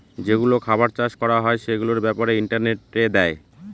যেগুলো খাবার চাষ করা হয় সেগুলোর ব্যাপারে ইন্টারনেটে দেয়